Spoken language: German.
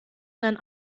sein